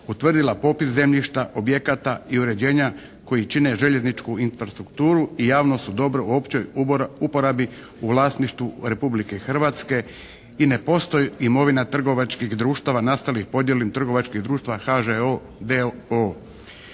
Utvrdila popis zemljišta, objekata i uređenja koji čine željezničku infrastrukturu i javno su dobro u općoj uporabi u vlasništvu Republike Hrvatske. I ne postaju imovina trgovačkih društava nastalih podjelom trgovačkih društava HŽO